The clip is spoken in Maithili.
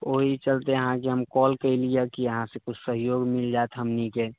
ओहि चलते अहाँके हम कॉल कएली हऽ अहाँसँ किछु सहयोग मिलि जाइत हमनीके